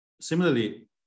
similarly